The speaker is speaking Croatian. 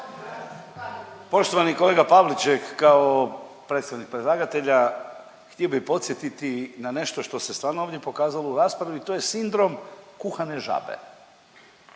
Poštovani kolega Pavliček kao predstavnik predlagatelja htio bih podsjetiti na nešto što se stvarno ovdje pokazalo u raspravi to je sindrom kuhane žabe.